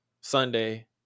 Sunday